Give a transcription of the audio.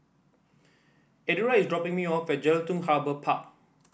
Eduardo is dropping me off at Jelutung Harbour Park